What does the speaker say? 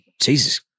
Jesus